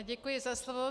Děkuji za slovo.